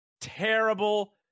Terrible